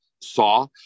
Saw